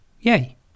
Yay